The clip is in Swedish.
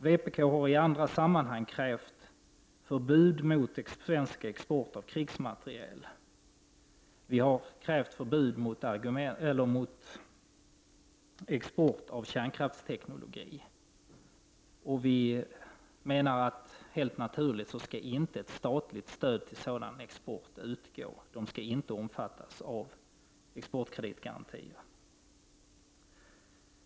Vpk har i andra sammanhang krävt förbud mot svensk export av krigsmateriel. Vi har krävt förbud mot export av kärnkraftsteknik. Vi menar att det är helt naturligt att statligt stöd inte skall utgå till sådan export. Sådan export skall inte omfattas av exportkreditgarantier.